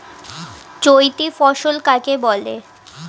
চৈতি ফসল কাকে বলে?